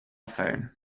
phone